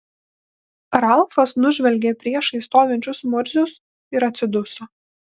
ralfas nužvelgė priešais stovinčius murzius ir atsiduso